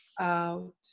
out